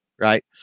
right